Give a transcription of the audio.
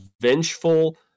vengeful